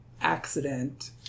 accident